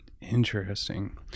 Interesting